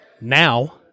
Now